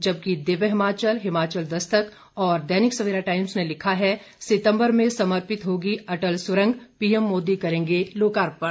जबकि दिव्य हिमाचल हिमाचल दस्तक और दैनिक सवेरा टाइम्स ने लिखा है सितंबर में समर्पित होगी अटल सुरंग पीएम मोदी करेंगे लोकार्पण